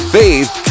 faith